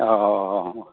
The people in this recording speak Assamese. অ